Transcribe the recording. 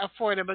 Affordable